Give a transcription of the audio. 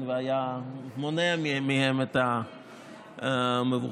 זה היה מונע מהם את המבוכה.